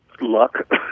luck